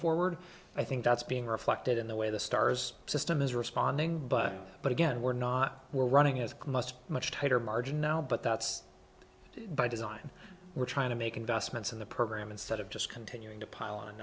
forward i think that's being reflected in the way the stars system is responding but but again we're not we're running as a must much tighter margin now but that's by design we're trying to make investments in the program instead of just continuing to pile on